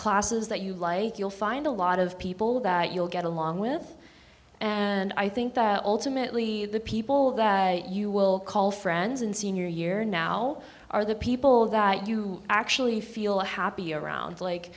classes that you like you'll find a lot of people that you'll get along with and i think ultimately the people that you will call friends and senior year now are the people that you actually feel happy around like